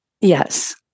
Yes